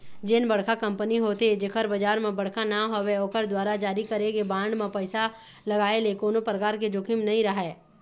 जेन बड़का कंपनी होथे जेखर बजार म बड़का नांव हवय ओखर दुवारा जारी करे गे बांड म पइसा लगाय ले कोनो परकार के जोखिम नइ राहय